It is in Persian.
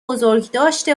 بزرگداشت